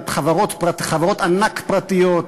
על חברות ענק פרטיות,